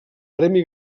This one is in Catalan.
premi